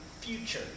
future